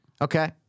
Okay